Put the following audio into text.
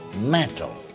mantle